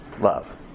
love